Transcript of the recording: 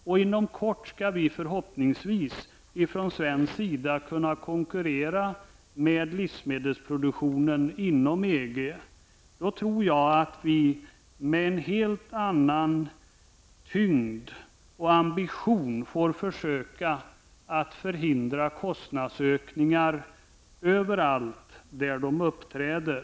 Vi i Sverige skall förhoppningsvis inom kort kunna konkurrera med livsmedelsproduktionen inom EG. Jag tror att vi då med en helt annan tyngd och ambition får försöka förhindra kostnadsökningar över allt där de uppträder.